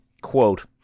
quote